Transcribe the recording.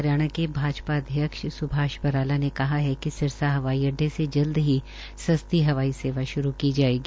हरियाणा के भाजपा अध्यक्ष स्भाष बराला ने कहा है कि सिरसा हवाई अड्डे से जल्द ही सस्ती हवाई सेवा श्रू की जायेगी